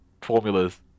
formulas